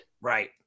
Right